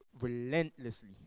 relentlessly